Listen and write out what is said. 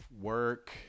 work